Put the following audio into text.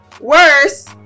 worse